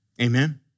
Amen